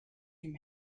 him